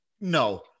No